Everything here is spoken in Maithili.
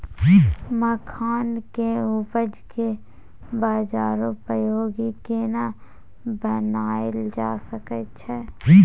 मखान के उपज के बाजारोपयोगी केना बनायल जा सकै छै?